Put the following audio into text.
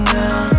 now